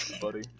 buddy